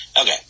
okay